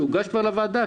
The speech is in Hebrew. שהוגש כבר לוועדה,